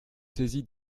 saisi